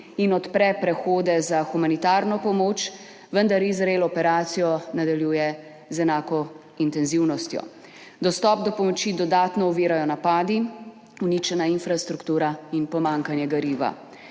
in odpre prehode za humanitarno pomoč, vendar Izrael operacijo nadaljuje z enako intenzivnostjo. Dostop do pomoči dodatno ovirajo napadi, uničena infrastruktura in pomanjkanje goriva.